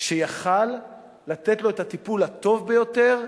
שיכול לתת לו את הטיפול הטוב ביותר,